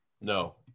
No